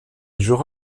jouera